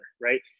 right